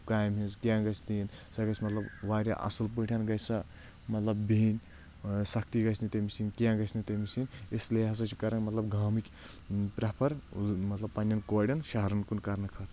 کامہِ ہنز کیٚنہہ سۄ گژھِ مطلب واریاہ اَصٕل پٲٹھۍ گژھِ سۄ مطلب بِہنۍ سختی گژھِ نہٕ تٔمۍ سٕنٛدۍ کینٛہہ گژھِ نہٕ تٔمۍ سٕنٛدۍ اس لیے ہسا چھِ کران مطلب گامٕکۍ پرٛیفر مطلب پنٕنؠن کورؠن شہرن کُن کرنہٕ خٲطرٕ